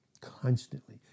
Constantly